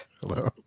hello